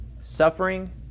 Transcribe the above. Suffering